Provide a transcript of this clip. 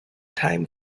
time